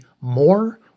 more